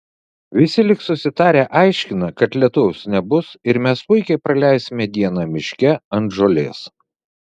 visi lyg susitarę aiškina kad lietaus nebus ir mes puikiai praleisime dieną miške ant žolės